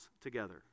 together